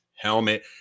helmet